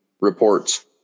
reports